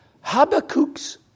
Habakkuk's